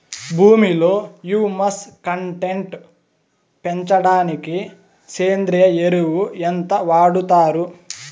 భూమిలో humus content పెంచడానికి సేంద్రియ ఎరువు ఎంత వాడుతారు